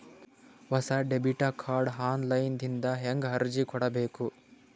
ಹೊಸ debit card online ದಿಂದ ಹೇಂಗ ಅರ್ಜಿ ಕೊಡಬೇಕು?